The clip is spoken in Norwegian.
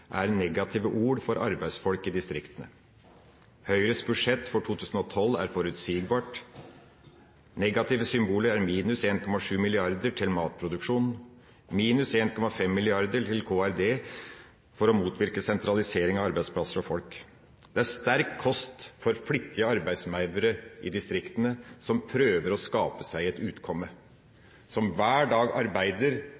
er negative ord for arbeidsfolk i distriktene. Høyres budsjett for 2012 er forutsigbart. Negative symboler er minus 1,7 mrd. kr til matproduksjon og minus 1,5 mrd. kr til Kommunal- og regionaldepartementet for å motvirke sentralisering av arbeidsplasser og folk. Det er sterk kost for flittige arbeidsmaur i distriktene som prøver å skape seg et